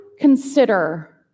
consider